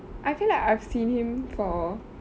I feel like I've seen him for